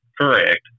Correct